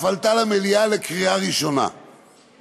היא אף עלתה למליאה לקריאה טרומית.